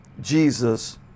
Jesus